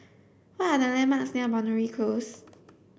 what are the landmarks near Boundary Close